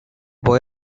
boy